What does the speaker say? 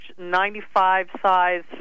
95-size